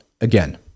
again